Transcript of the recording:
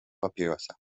papierosa